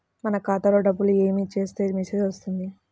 మన ఖాతాలో డబ్బులు ఏమి చేస్తే మెసేజ్ వస్తుంది?